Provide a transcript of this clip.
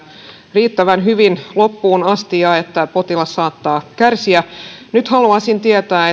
riittävän hyvin loppuun asti ja että potilas saattaa kärsiä nyt haluaisin tietää